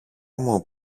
μου